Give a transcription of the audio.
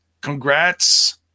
congrats